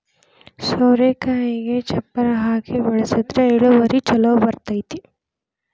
ಸೋರೆಕಾಯಿಗೆ ಚಪ್ಪರಾ ಹಾಕಿ ಬೆಳ್ಸದ್ರ ಇಳುವರಿ ಛಲೋ ಬರ್ತೈತಿ